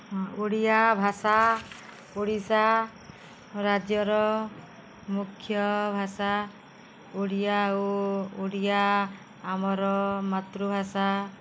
ହଁ ଓଡ଼ିଆ ଭାଷା ଓଡ଼ିଶା ରାଜ୍ୟର ମୁଖ୍ୟ ଭାଷା ଓଡ଼ିଆ ଓ ଓଡ଼ିଆ ଆମର ମାତୃଭାଷା